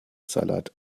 salat